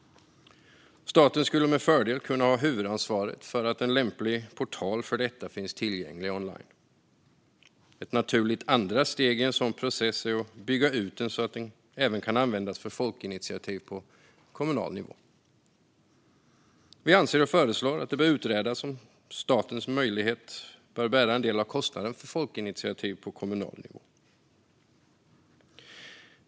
Staten skulle med fördel kunna ha huvudansvaret för att en lämplig portal för detta ska finnas tillgänglig online. Ett naturligt andra steg i en sådan process är att bygga ut den så att den även kan användas för folkinitiativ på kommunal nivå. Vi föreslår att det ska utredas om staten har möjlighet att bära en del av kostnaden för folkinitiativ på kommunal nivå.